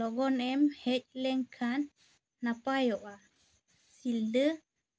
ᱞᱚᱜᱚᱱᱮᱢ ᱦᱮᱡ ᱞᱮᱱ ᱠᱷᱟᱱ ᱱᱟᱯᱟᱭᱚᱜᱼᱟ ᱥᱤᱞᱫᱟᱹ